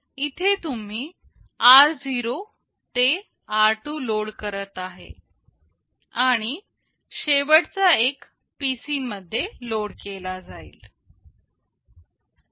इथे तुम्ही r0 ते r2 लोड करत आहे आणि शेवटचा एक PC मध्ये लोड केला जाईल